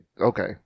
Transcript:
okay